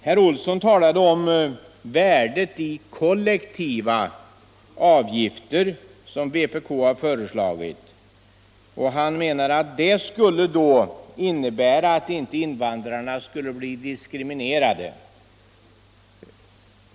| Herr Olsson i Stockholm talade om värdet av kollektiva avgifter, som vpk har föreslagit. Han menade att det skulle innebära att invandrarna inte blir diskriminerade.